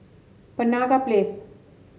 Penaga Place